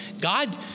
God